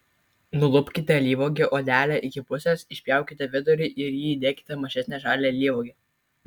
nulupkite alyvuogių odelę iki pusės išpjaukite vidurį ir į jį įdėkite mažesnę žalią alyvuogę